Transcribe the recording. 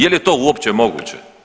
Je li to uopće moguće?